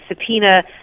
subpoena